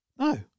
No